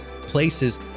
places